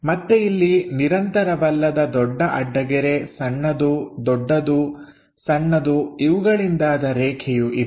ಮತ್ತೆ ಇಲ್ಲಿ ನಿರಂತರವಲ್ಲದ ದೊಡ್ಡ ಅಡ್ಡಗೆರೆ ಸಣ್ಣದು ದೊಡ್ಡದು ಸಣ್ಣದು ಇವುಗಳಿಂದಾದ ರೇಖೆಯು ಇದೆ